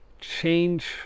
change